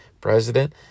president